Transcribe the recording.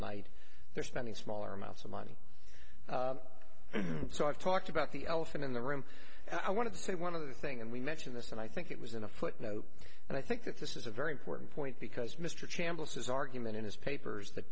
night they're spending smaller amounts of money so i've talked about the elephant in the room i want to say one of the thing and we mentioned this and i think it was in a footnote and i think this is a very important point because mr chambliss his argument in his papers that